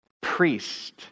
priest